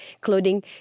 clothing